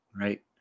right